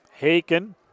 Haken